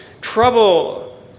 trouble